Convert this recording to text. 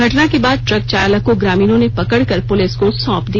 घटना के बाद ट्रक चालक को ग्रामीणों ने पकड़ कर पुलिस को सौंप दिया